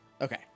Okay